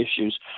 issues